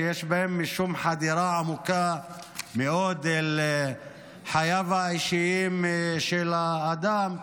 שיש בהם משום חדירה עמוקה מאוד אל חייו האישיים של האדם.